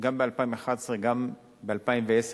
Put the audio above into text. גם ב-2011 וגם ב-2010,